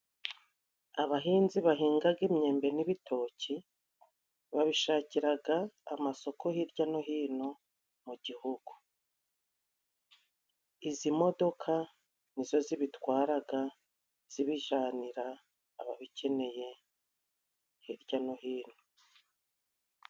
Abahinzi bahingaga imyembe n'ibitoki babishakiraga amasoko hirya no hino mu gihugu. Izi modoka ni zo zibitwaraga zibijanira ababikeneye hirya no hino.